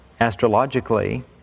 astrologically